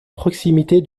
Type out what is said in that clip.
proximité